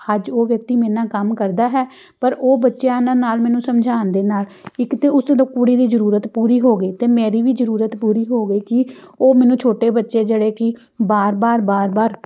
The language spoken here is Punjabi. ਅੱਜ ਉਹ ਵਿਅਕਤੀ ਮੇਰੇ ਨਾਲ ਕੰਮ ਕਰਦਾ ਹੈ ਪਰ ਉਹ ਬੱਚਿਆਂ ਨ ਨਾਲ ਮੈਨੂੰ ਸਮਝਾਉਣ ਦੇ ਨਾਲ ਇੱਕ ਤਾਂ ਉਸ ਕੁੜੀ ਦੀ ਜ਼ਰੂਰਤ ਪੂਰੀ ਹੋ ਗਈ ਅਤੇ ਮੇਰੀ ਵੀ ਜ਼ਰੂਰਤ ਪੂਰੀ ਹੋ ਗਈ ਕਿ ਉਹ ਮੈਨੂੰ ਛੋਟੇ ਬੱਚੇ ਜਿਹੜੇ ਕਿ ਬਾਰ ਬਾਰ ਬਾਰ ਬਾਰ